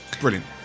Brilliant